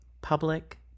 Public